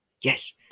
Yes